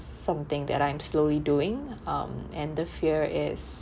something that I'm slowly doing um and the fear is